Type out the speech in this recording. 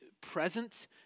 present